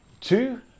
two